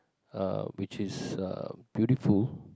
uh which is uh beautiful